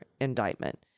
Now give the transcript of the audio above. indictment